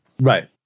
Right